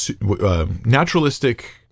naturalistic